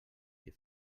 que